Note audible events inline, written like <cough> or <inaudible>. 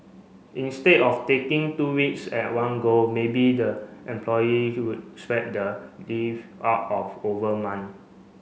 instead of taking two weeks at one go maybe the employee <unintelligible> spread the leave out of over month